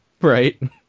Right